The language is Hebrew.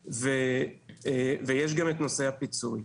ויש גם נושא הפיצוי.